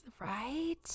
right